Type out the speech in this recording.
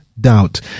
doubt